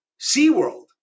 SeaWorld